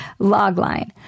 logline